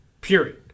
Period